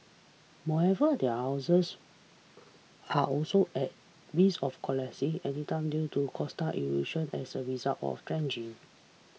more ever their houses are also at risk of collapsing anytime due to coastal erosion as a result of dredging